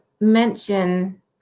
mention